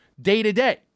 day-to-day